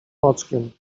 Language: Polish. oczkiem